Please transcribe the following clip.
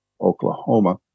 Oklahoma